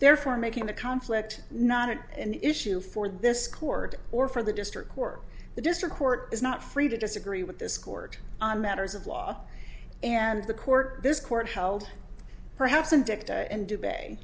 therefore making the conflict not an issue for this court or for the district court the district court is not free to disagree with this court on matters of law and the court this court held perhaps in dicta and do bay